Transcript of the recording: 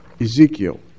Ezekiel